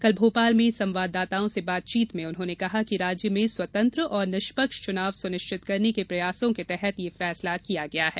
कल भोपाल में संवाददाताओं से बातचीत में उन्होंने कहा कि राज्य में स्वतंत्र और निष्पक्ष चुनाव सुनिश्चित करने के प्रयासों के तहत यह फैसला किया गया है